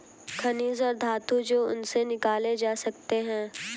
खनिज और धातु जो उनसे निकाले जा सकते हैं